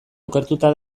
okertuta